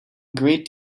great